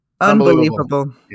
Unbelievable